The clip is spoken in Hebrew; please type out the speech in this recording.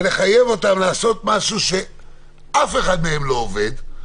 ולחייב אותם לעשות משהו שאף אחד מהם לא יכול.